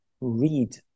read